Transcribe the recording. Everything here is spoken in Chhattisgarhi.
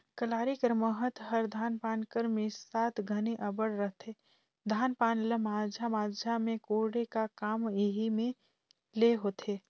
कलारी कर महत हर धान पान कर मिसात घनी अब्बड़ रहथे, धान पान ल माझा माझा मे कोड़े का काम एही मे ले होथे